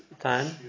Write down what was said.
time